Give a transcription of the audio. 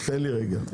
תן לי רגע.